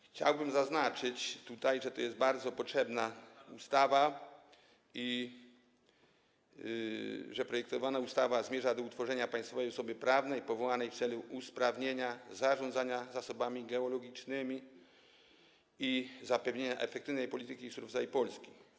Chciałbym zaznaczyć tutaj, że to jest bardzo potrzebna ustawa i że projektowana ustawa zmierza do utworzenia państwowej osoby prawnej powołanej w celu usprawnienia zarządzania zasobami geologicznymi i zapewnienia efektywnej polityki surowcowej Polski.